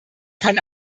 kann